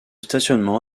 stationnement